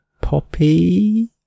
Poppy